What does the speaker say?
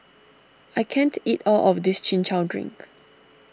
I can't eat all of this Chin Chow Drink